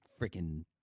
freaking